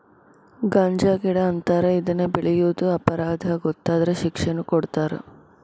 ಗಾಂಜಾಗಿಡಾ ಅಂತಾರ ಇದನ್ನ ಬೆಳಿಯುದು ಅಪರಾಧಾ ಗೊತ್ತಾದ್ರ ಶಿಕ್ಷೆನು ಕೊಡತಾರ